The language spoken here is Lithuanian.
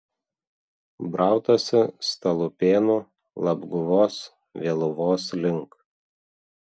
brautasi stalupėnų labguvos vėluvos link